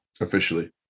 officially